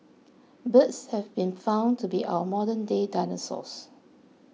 birds have been found to be our modernday dinosaurs